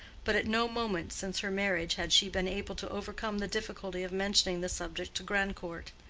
but at no moment since her marriage had she been able to overcome the difficulty of mentioning the subject to grandcourt.